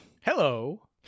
Hello